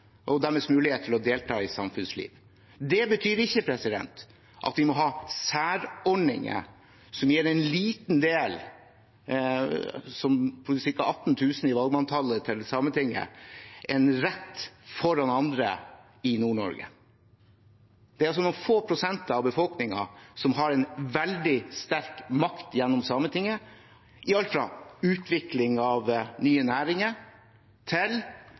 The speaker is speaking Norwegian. og deres mulighet til å delta i samfunnslivet. Det betyr ikke at vi må ha særordninger som gir en liten del, ca. 18 000 i valgmanntallet til Sametinget, en rett foran andre i Nord-Norge. Det er altså noen få prosent av befolkningen som har en veldig sterk makt gjennom Sametinget – i alt fra utvikling av nye næringer til